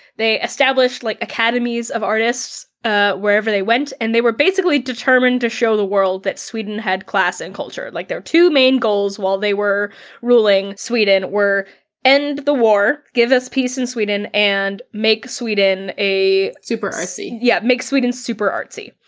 they established like academies of artists ah wherever they went, and they were basically determined to show the world that sweden had class and culture. like their two main goals when they were ruling sweden were end the war give, us peace in sweden, and make sweden a v super artsy. yeah make sweden super artsy.